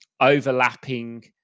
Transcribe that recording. overlapping